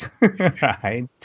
right